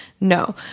no